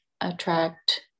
attract